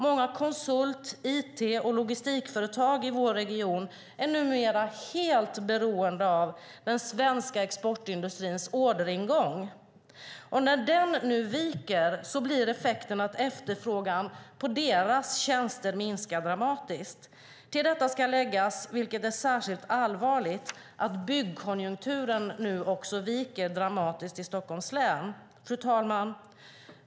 Många konsult-, it och logistikföretag i vår region är numera helt beroende av den svenska exportindustrins orderingång. När den nu viker blir effekten att efterfrågan på deras tjänster minskar dramatiskt. Till detta ska läggas, vilket är särskilt allvarligt, att byggkonjunkturen nu också viker dramatiskt i Stockholms län. Fru talman!